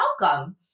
welcome